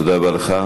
תודה רבה לך.